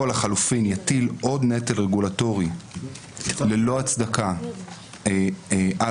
או לחלופין יטיל עוד נטל רגולטורי ללא הצדקה על